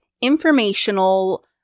informational